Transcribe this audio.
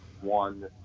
one